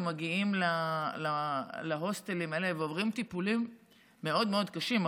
הם מגיעים להוסטלים האלה ועוברים טיפולים מאוד מאוד קשים.